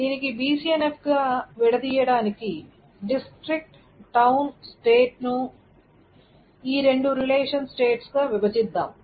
దీనిని BCNF గా విడదీయడానికి డిస్ట్రిక్ట్ టౌన్ స్టేట్ ను ఈ రెండు రిలేషన్ స్టేట్స్ గా విభజిద్దాం